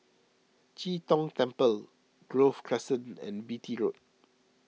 Chee Tong Temple Grove Crescent and Beatty Road